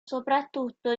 soprattutto